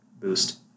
boost